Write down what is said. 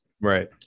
right